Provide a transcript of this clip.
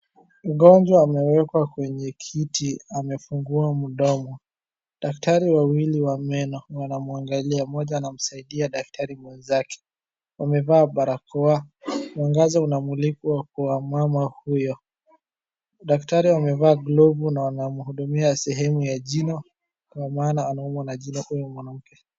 Mgonjwa amewekwa kwenye kiti amefungua mdomo, daktari wawili wa meno wanamwangalia, moja anamsaidia daktari mwenzake, wamevaa barakoa, mwangaza unamulikwa kwa mama huyo. Daktari amevaa glovu na anamhudumia sehemu ya jino kwa maana anaumwa na jino huyo mwanamke.